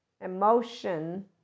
emotion